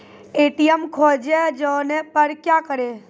ATM खोजे जाने पर क्या करें?